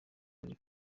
kuri